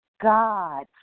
God